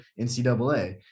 NCAA